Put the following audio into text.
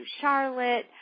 Charlotte